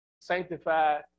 sanctified